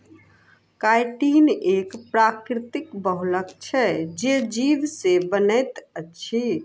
chitin एक प्राकृतिक बहुलक छै जे जीव से बनैत अछि